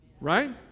right